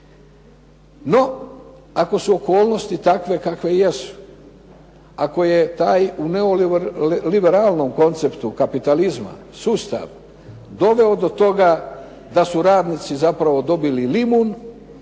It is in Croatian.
No, ako su okolnosti takve kakve jesu, ako je taj u neoliberalnom konceptu kapitalizma sustav doveo do toga da su radnici zapravo dobili limun